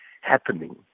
happening